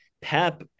pep